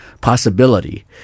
possibility